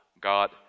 God